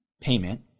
payment